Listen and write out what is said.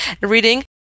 reading